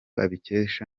abikesha